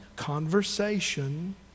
conversation